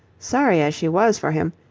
sorry as she was for him,